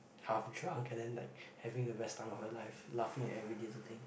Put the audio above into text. half drunk and then like having the best time of their life laughing at every little thing